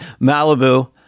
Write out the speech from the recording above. Malibu